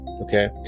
Okay